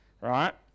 right